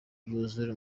yuzure